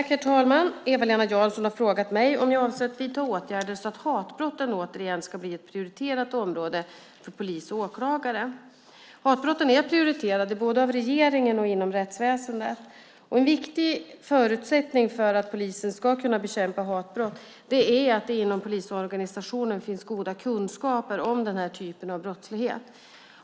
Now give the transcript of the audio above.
Herr talman! Eva-Lena Jansson har frågat mig om jag avser att vidta åtgärder så att hatbrotten återigen ska bli ett prioriterat område för polis och åklagare. Hatbrotten är prioriterade både av regeringen och inom rättsväsendet. En viktig förutsättning för att polisen ska kunna bekämpa hatbrott är att det inom polisorganisationen finns goda kunskaper om denna typ av brottslighet.